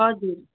हजुर